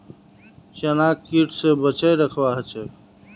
चनाक कीट स बचई रखवा ह छेक